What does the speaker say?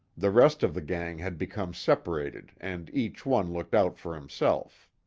the rest of the gang had become separated, and each one looked out for himself.